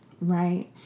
Right